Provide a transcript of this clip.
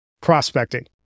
prospecting